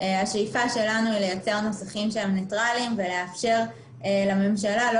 השאיפה שלנו לייצר מצבים שהם ניטרליים ולאפשר לממשלה לא